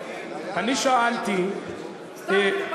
אתה עושה פיליבסטר, סתימת הפיות.